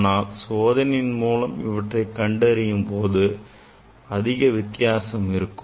ஆனால் சோதனையின் மூலம் அவற்றை கண்டறியும் போது அதிக வித்தியாசம் இருக்கும்